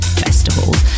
festivals